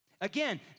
again